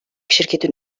şirketin